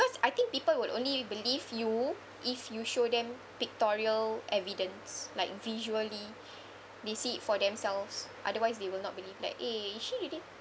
because I think people will only believe you if you show them pictorial evidence like visually they see it for themselves otherwise they will not believe like eh is she really